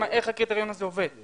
איך הקריטריון הזה עובד?